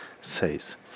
says